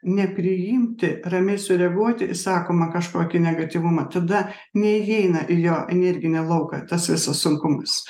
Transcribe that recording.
nepriimti ramiai sureaguoti į sakomą kažkokį negatyvumą tada neįeina į jo energinį lauką tas visas sunkumas